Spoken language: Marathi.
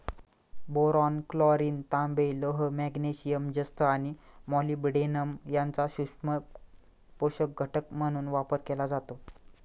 बोरॉन, क्लोरीन, तांबे, लोह, मॅग्नेशियम, जस्त आणि मॉलिब्डेनम यांचा सूक्ष्म पोषक घटक म्हणून वापर केला जातो